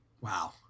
Wow